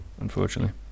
unfortunately